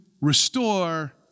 restore